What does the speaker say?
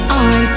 on